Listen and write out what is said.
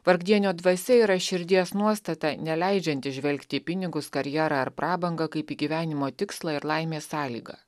vargdienio dvasia yra širdies nuostata neleidžianti žvelgti į pinigus karjerą ar prabangą kaip į gyvenimo tikslą ir laimės sąlygą